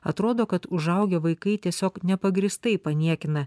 atrodo kad užaugę vaikai tiesiog nepagrįstai paniekina